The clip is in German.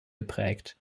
geprägt